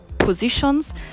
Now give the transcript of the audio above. positions